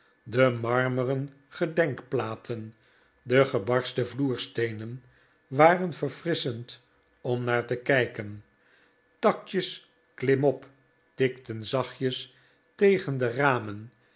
de marmeren gedenkplaten de gebarsten vloersteenen waren verfrisschend om naar te kijken takjes klimop tikten zachtjes tegen de ramen